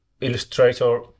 illustrator